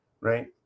Right